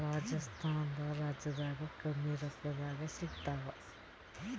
ರಾಜಸ್ಥಾನ ರಾಜ್ಯದಾಗ ಕಮ್ಮಿ ರೊಕ್ಕದಾಗ ಸಿಗತ್ತಾವಾ?